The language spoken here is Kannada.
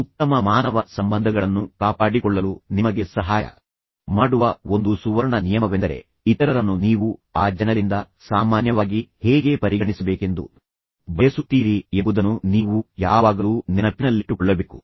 ಉತ್ತಮ ಮಾನವ ಸಂಬಂಧಗಳನ್ನು ಕಾಪಾಡಿಕೊಳ್ಳಲು ನಿಮಗೆ ಸಹಾಯ ಮಾಡುವ ಒಂದು ಸುವರ್ಣ ನಿಯಮವೆಂದರೆ ಇತರರನ್ನು ನೀವು ಆ ಜನರಿಂದ ಸಾಮಾನ್ಯವಾಗಿ ಹೇಗೆ ಪರಿಗಣಿಸಬೇಕೆಂದು ಬಯಸುತ್ತೀರಿ ಎಂಬುದನ್ನು ನೀವು ಯಾವಾಗಲೂ ನೆನಪಿನಲ್ಲಿಟ್ಟುಕೊಳ್ಳಬೇಕು